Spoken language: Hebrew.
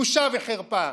בושה וחרפה.